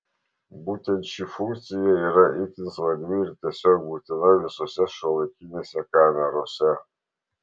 būtent ši funkcija yra itin svarbi ir tiesiog būtina visose šiuolaikinėse kamerose